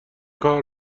کار